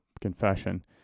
confession